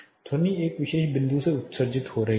ध्वनि एक विशेष बिंदु से उत्सर्जित हो रही है